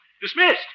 Dismissed